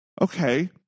okay